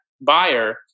buyer